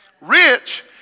Rich